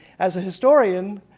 as a historian,